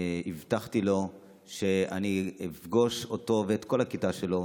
הבטחתי לו שאני אפגוש אותו ואת כל הכיתה שלו.